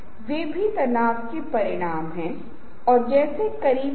इन layout में हेरफेर किया जा सकता है